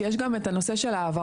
כי יש גם את הנושא של ההבהרות,